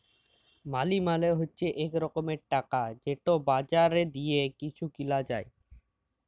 মালি মালে হছে ইক রকমের টাকা যেট বাজারে দিঁয়ে কিছু কিলা যায়